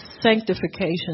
sanctification